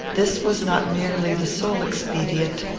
this was not merely the sole expedient,